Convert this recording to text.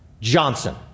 Johnson